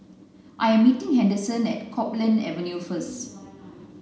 I am meeting Henderson at Copeland Avenue first